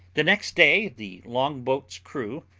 the next day the long-boat's crew,